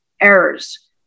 errors